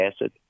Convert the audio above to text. acid